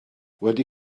wedi